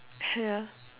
ya